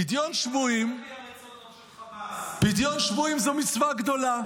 פדיון שבויים זו מצווה גדולה.